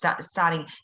starting